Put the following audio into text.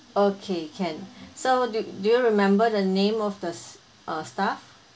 okay can so do do you remember the name of the s~ uh staff